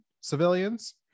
civilians